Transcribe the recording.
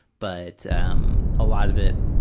but um a lot of it